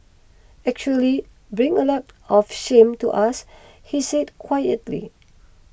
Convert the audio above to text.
actually bring a lot of shame to us he said quietly